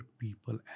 people